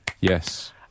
yes